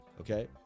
okay